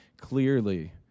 clearly